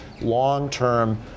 long-term